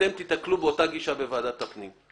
אתם תתקבלו באותה גישה בוועדת הפנים.